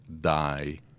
die